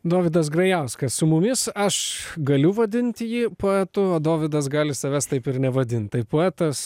dovydas grajauskas su mumis aš galiu vadinti jį poetu o dovydas gali savęs taip ir nevadint tai poetas